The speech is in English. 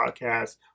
podcast